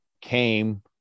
came